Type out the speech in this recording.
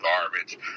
garbage